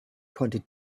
konnte